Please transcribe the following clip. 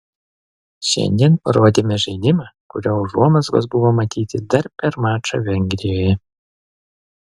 šiandien parodėme žaidimą kurio užuomazgos buvo matyti dar per mačą vengrijoje